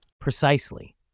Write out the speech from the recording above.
Precisely